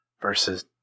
versus